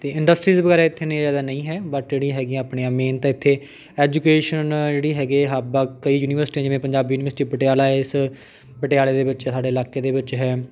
ਅਤੇ ਇੰਡਸਟਰੀਜ਼ ਵਗੈਰਾ ਇੱਥੇ ਇੰਨੀਆਂ ਜ਼ਿਆਦਾ ਨਹੀਂ ਹੈ ਬਟ ਜਿਹੜੀ ਹੈਗੀਆਂ ਆਪਣੀਆਂ ਮੇਨ ਤਾਂ ਇੱਥੇ ਐਜੂਕੇਸ਼ਨ ਜਿਹੜੀ ਹੈਗੀ ਹੱਬ ਆ ਕਈ ਯੂਨੀਵਰਸਿਟੀਆਂ ਜਿਵੇਂ ਪੰਜਾਬੀ ਯੂਨੀਵਰਸਿਟੀ ਪਟਿਆਲਾ ਹੈ ਇਸ ਪਟਿਆਲੇ ਦੇ ਵਿੱਚ ਸਾਡੇ ਇਲਾਕੇ ਦੇ ਵਿੱਚ ਹੈ